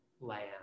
land